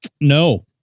No